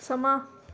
ਸਮਾਂ